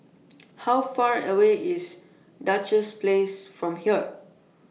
How Far away IS Duchess Place from here